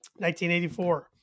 1984